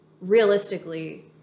realistically